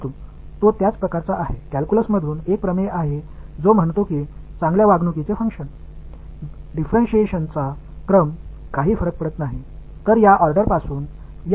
ஆனால் அது ஒரே வகையானது கால்குலஸிலிருந்து ஒரு தேற்றம் நன்கு நடந்து கொண்ட பங்க்ஷன்ஸற்கு என்று கூறுகிறது டிஃபரென்சியேசன் வரிசை ஒரு பொருட்டல்ல